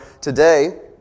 today